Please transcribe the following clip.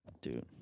Dude